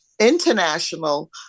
international